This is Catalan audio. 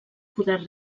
poder